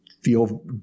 feel